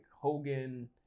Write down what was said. Hogan